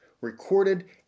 recorded